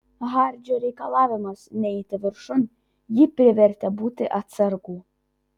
hardžio reikalavimas neiti viršun jį privertė būti atsargų